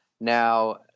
Now